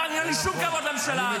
אין לי שום כבוד לממשלה הזאת.